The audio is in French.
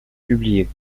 publier